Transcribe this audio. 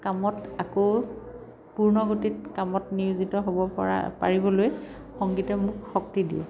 কামত আকৌ পূৰ্ণগতিত কামত নিয়োজিত হ'ব পৰা পাৰিবলৈ সংগীতে মোক শক্তি দিয়ে